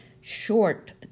short